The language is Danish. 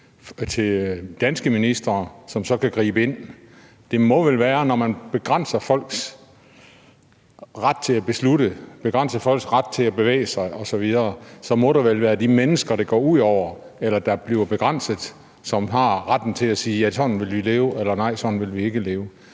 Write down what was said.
hos danske ministre, som så kan gribe ind? Når man begrænser folks ret til at beslutte, bevæge sig osv., så må det vel være de mennesker, det går ud over, eller som bliver begrænset, som har retten til at sige: Ja, sådan vil vi leve. Eller de kan sige: Nej, sådan vil vi ikke leve.